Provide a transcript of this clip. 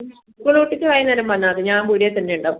പിന്നെ സ്കൂൾ വിട്ടിട്ട് വൈകുന്നേരം വന്നാൽ മതി ഞാൻ പീടികയിൽ തന്നെ ഉണ്ടാവും